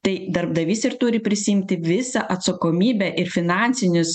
tai darbdavys ir turi prisiimti visą atsakomybę ir finansinius